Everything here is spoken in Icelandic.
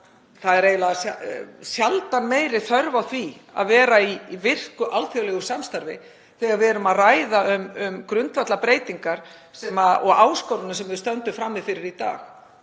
það er eiginlega sjaldan meiri þörf á því að vera í virku alþjóðlegu samstarfi þegar við erum að ræða um grundvallarbreytingar og áskoranir sem við stöndum frammi fyrir í dag,